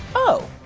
oh,